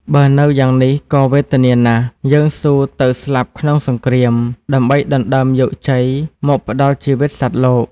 បើនៅយ៉ាងនេះក៏វេទនាណាស់ យើងស៊ូទៅស្លាប់ក្នុងសង្គ្រាម ដើម្បីដណ្ដើមយកជ័យ មកផ្ដល់ជីវិតសត្វលោក។